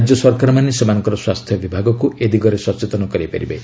ରାଜ୍ୟ ସରକାରମାନେ ସେମାନଙ୍କର ସ୍ୱାସ୍ଥ୍ୟ ବିଭାଗକୁ ଏ ଦିଗରେ ସଚେତନ କରାଇପାରିବେ